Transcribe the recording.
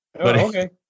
Okay